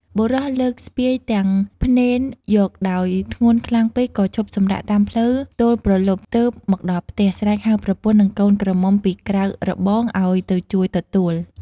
បុរសលើកស្ពាយ ទាំងភ្នែនមកដោយ ធ្ងន់ខ្លាំងពេកក៏ឈប់សំរាកតាមផ្លូវទល់ព្រលប់ទើបមកដល់ផ្ទះ ស្រែកហៅប្រពន្ធនិងកូនក្រមុំពីក្រៅ របងឱ្យទៅជួយទទួល ។